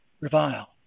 revile